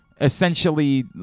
essentially